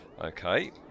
okay